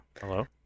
hello